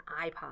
iPod